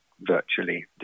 virtually